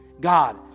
God